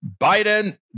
biden